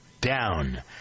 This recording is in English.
down